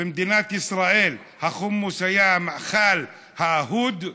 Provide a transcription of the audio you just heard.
במדינת ישראל החומוס היה המאכל האהוד,